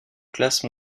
classe